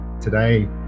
Today